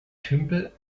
tümpel